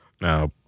Now